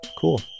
cool